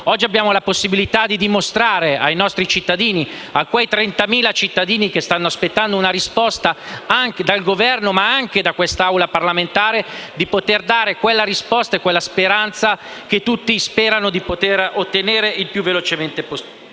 Oggi abbiamo la possibilità di dimostrare ai nostri concittadini, a quei 30.000 concittadini che stanno aspettando una risposta dal Governo e da questa Assemblea parlamentare, che intendiamo dare quella risposta e quella speranza, che tutti auspicano di veder realizzata il più velocemente possibile.